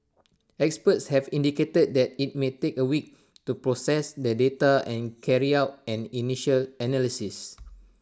experts have indicated that IT may take A week to process the data and carry out an initial analysis